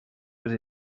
les